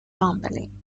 rumbling